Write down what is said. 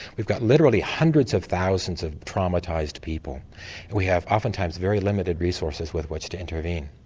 we've got literally hundreds of thousands of traumatised people and we have oftentimes very limited resources with which to intervene.